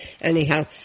anyhow